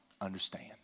understand